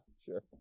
Sure